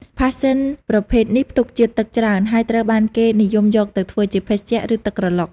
ផាសសិនប្រភេទនេះផ្ទុកជាតិទឹកច្រើន ហើយត្រូវបានគេនិយមយកទៅធ្វើជាភេសជ្ជៈ ឬទឹកក្រឡុក។